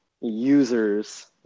users